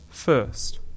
first